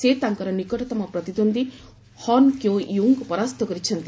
ସେ ତାଙ୍କର ନିକଟତମ ପ୍ରତିଦ୍ୱନ୍ଦ୍ୱୀ ହନ୍ କ୍ୟୋ ୟୁଙ୍କୁ ପରାସ୍ତ କରିଛନ୍ତି